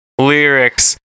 lyrics